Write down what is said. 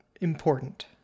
important